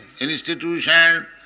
institution